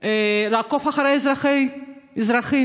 לעקוב אחרי אזרחים.